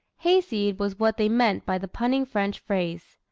hayseed! was what they meant by the punning french phrase.